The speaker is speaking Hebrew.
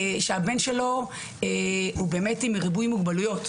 שהבן שלו הוא באמת עם ריבוי מוגבלויות,